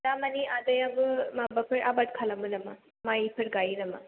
दामानि आदायाबो माबाफोर आबाद खालामो नामा माइफोर गाइयो नामा